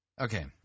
Okay